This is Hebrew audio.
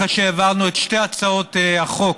אחרי שהעברנו את שתי הצעות החוק